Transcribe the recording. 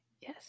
yes